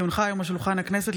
כי הונחה היום על שולחן הכנסת,